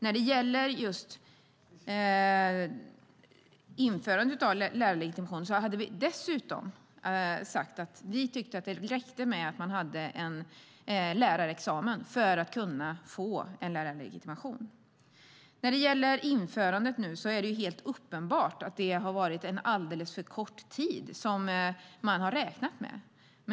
När det gäller införandet av lärarlegitimationen har vi dessutom sagt att vi tyckte att det räckte med att man hade en lärarexamen för att kunna få en lärarlegitimation. När det gäller införandet är det helt uppenbart att det har varit en alldeles för kort tid man har räknat med.